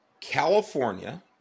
California